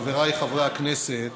חבריי חברי הכנסת,